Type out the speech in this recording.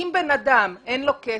אם לאדם אין כסף,